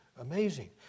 amazing